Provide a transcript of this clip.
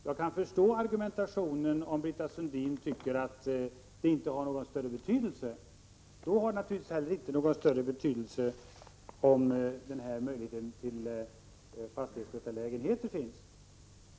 Jag kan förstå argumentationen om Britta Sundin tycker att detta inte har någon större betydelse — då har det naturligtvis heller inte någon större betydelse om möjligheten till fastighetsskötarlägenheter finns.